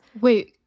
Wait